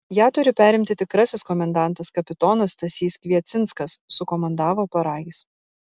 ją turi perimti tikrasis komendantas kapitonas stasys kviecinskas sukomandavo paragis